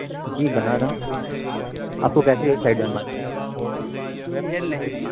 جی بنا رہا ہوں آپ کو کیسی ویب سائڈ بنوانی ہے